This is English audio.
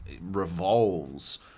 revolves